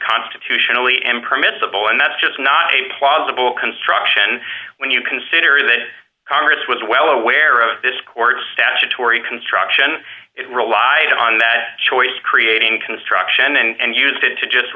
constitutionally and permissible and that's just not a plausible construction when you consider that congress was well aware of this court statutory construction it relied on that choice creating construction and used it to just